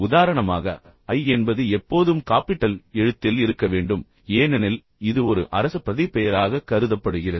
உதாரணமாக I என்பது எப்போதும் காப்பிட்டல் எழுத்தில் இருக்க வேண்டும் ஏனெனில் இது ஒரு அரச பிரதிபெயராக கருதப்படுகிறது